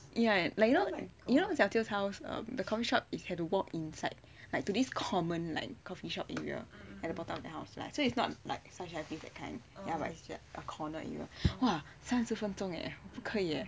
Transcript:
ya like you know 小舅 house the coffee shop is you have to walk inside like to this common coffee shop area at the bottom of the house so it's not like you know !wah! 三十分钟 eh 不可以 eh